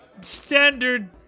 standard